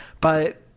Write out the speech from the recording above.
But-